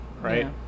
right